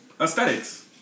aesthetics